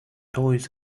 toys